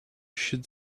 should